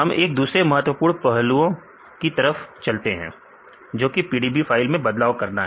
हम एक दूसरे महत्वपूर्ण पहलुओं की तरफ चलते हैं जो कि PDB फाइल में बदलाव करना है